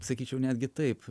sakyčiau netgi taip